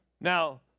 Now